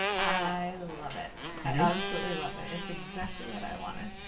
i love it. i absolutely love it. it's exactly what i wanted.